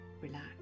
relax